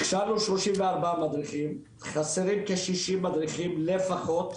הכשרנו 34 מדריכים, חסרים כ-60 מדריכים לפחות,